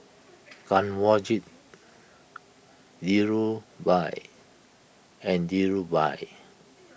Kanwaljit Dhirubhai and Dhirubhai